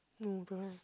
no don't know